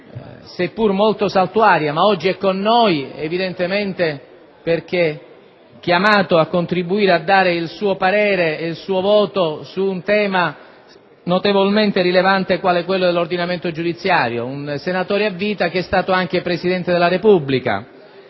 è molto saltuaria, ma oggi evidentemente è chiamato a dare il suo parere ed il suo voto su un tema notevolmente rilevante come quello dell'ordinamento giudiziario) di un senatore a vita che è stato anche Presidente della Repubblica.